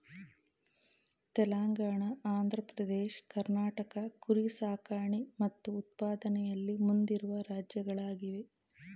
ತೆಲಂಗಾಣ ಆಂಧ್ರ ಪ್ರದೇಶ್ ಕರ್ನಾಟಕ ಕುರಿ ಸಾಕಣೆ ಮತ್ತು ಉತ್ಪಾದನೆಯಲ್ಲಿ ಮುಂದಿರುವ ರಾಜ್ಯಗಳಾಗಿವೆ